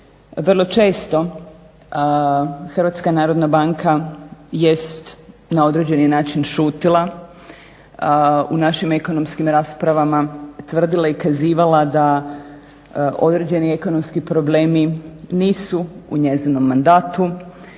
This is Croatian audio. vrlo često HNB jest na određeni način šutila u našim ekonomskim raspravama tvrdila i kazivala da određeni ekonomski problemi nisu u njezinom mandatu,